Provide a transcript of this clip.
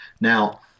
Now